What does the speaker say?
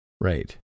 Right